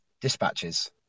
dispatches